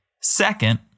Second